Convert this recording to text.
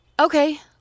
Okay